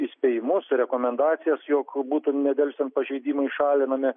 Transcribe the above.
įspėjimus rekomendacijas jog būtų nedelsiant pažeidimai šalinami